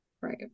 Right